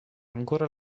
ancora